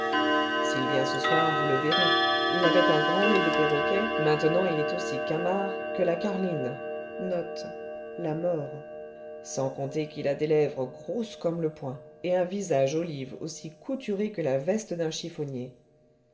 s'il vient ce soir vous le verrez il avait un grand nez de perroquet maintenant il est aussi camard que la carline sans compter qu'il a des lèvres grosses comme le poing et un visage olive aussi couturé que la veste d'un chiffonnier